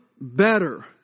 better